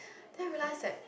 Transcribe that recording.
than I realise that